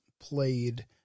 played